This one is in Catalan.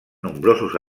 nombrosos